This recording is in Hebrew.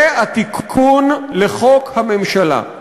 זה התיקון לחוק הממשלה.